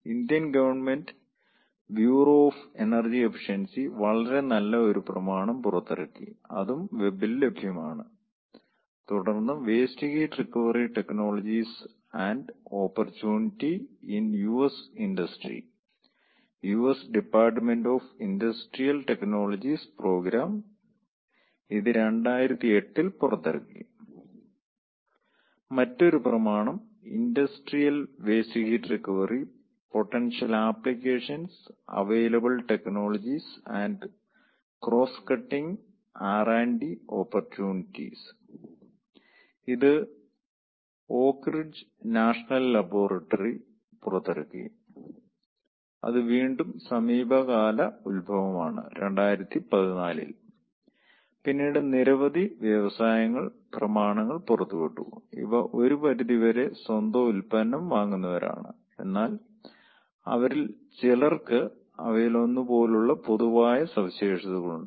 Indian government bureau of energy efficiency വളരെ നല്ല ഒരു പ്രമാണം പുറത്തിറക്കി അതും വെബിൽ ലഭ്യമാണ് തുടർന്ന് waste heat recovery technologies and opportunity in US industry US department of industrial technologies program ഇത് 2008 ൽ പുറത്തിറക്കി മറ്റൊരു പ്രമാണം industrial waste heat recovery potential applications available technologies and crosscutting R D opportunities industrial waste heat recovery potential applications available technologies and crosscutting RD opportunities ഇത് Oak Ridge National Laboratory പുറത്തിറക്കി അത് വീണ്ടും സമീപകാല ഉത്ഭവം ആണ് 2014 ൽ പിന്നീട് നിരവധി വ്യവസായങ്ങൾ പ്രമാണങൾ പുറത്തുവിട്ടു ഇവ ഒരു പരിധിവരെ സ്വന്തം ഉൽപ്പന്നം വാങ്ങുന്നവരാണ് എന്നാൽ അവരിൽ ചിലർക്ക് അവയിലൊന്ന് പോലുള്ള പൊതുവായ സവിശേഷതകൾ ഉണ്ട്